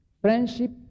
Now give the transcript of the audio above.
Friendship